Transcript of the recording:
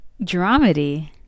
dramedy